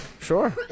Sure